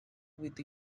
with